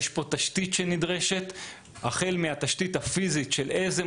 זה דורש גם תשתית פיזית שכוללת התאמת